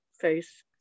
face